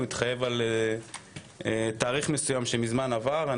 הוא התחייב על תאריך מסוים, שמזמן עבר.